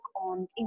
on